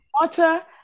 water